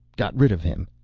got rid of him.